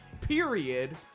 period